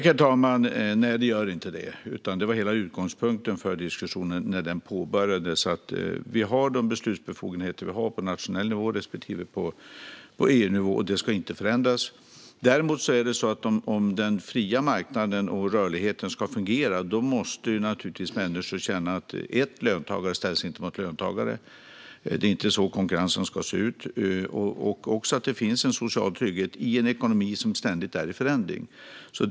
Herr talman! Nej, den gör inte det. Hela utgångspunkten för diskussionen, när den påbörjades, var att vi har de beslutsbefogenheter vi har på nationell nivå respektive på EU-nivå, och de ska inte förändras. Om den fria marknaden och rörligheten ska fungera måste naturligtvis människor känna att först och främst ska löntagare inte ställas mot löntagare. Det är inte så konkurrensen ska se ut. Dessutom ska det finnas en social trygghet i en ekonomi som är i ständig förändring.